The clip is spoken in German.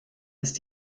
ist